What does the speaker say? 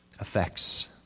effects